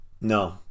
No